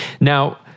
Now